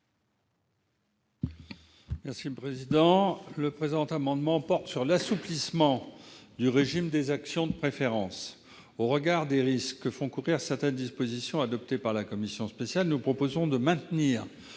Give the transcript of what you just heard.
est à M. Richard Yung. Le présent amendement a pour objet l'assouplissement du régime des actions de préférence. Au regard des risques que font courir certaines dispositions adoptées par la commission spéciale, nous proposons de maintenir